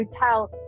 hotel